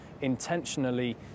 intentionally